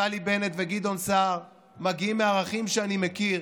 נפתלי בנט וגדעון סער מגיעים מערכים שאני מכיר.